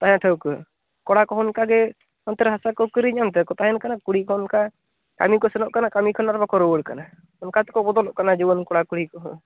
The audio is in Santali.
ᱛᱟᱦᱮᱸ ᱴᱷᱟᱣᱠᱟᱹ ᱠᱚᱲᱟ ᱠᱚᱦᱚᱸ ᱚᱱᱠᱟ ᱜᱮ ᱚᱱᱛᱮ ᱨᱮ ᱦᱟᱥᱟ ᱠᱚ ᱠᱤᱨᱤᱧ ᱮᱫᱼᱟ ᱚᱱᱛᱮ ᱜᱮᱠᱚ ᱛᱟᱦᱮᱱ ᱠᱟᱱᱟ ᱠᱩᱲᱤ ᱠᱚᱦᱚᱸ ᱚᱱᱠᱟ ᱠᱟᱹᱢᱤ ᱠᱚ ᱥᱮᱱᱚᱜ ᱠᱟᱱᱟ ᱠᱟᱹᱢᱤ ᱠᱷᱚᱱ ᱟᱫᱚ ᱵᱟᱠᱚ ᱨᱩᱭᱟᱹᱲ ᱠᱟᱱᱟ ᱚᱱᱠᱟ ᱛᱮᱠᱚ ᱵᱚᱫᱚᱞᱚᱜ ᱠᱟᱱᱟ ᱡᱩᱣᱟᱹᱱ ᱠᱚᱲᱟ ᱠᱩᱲᱤ ᱠᱚᱦᱚᱸ